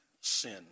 sin